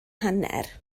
hanner